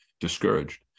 discouraged